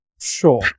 Sure